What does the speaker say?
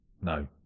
No